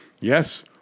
Yes